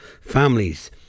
families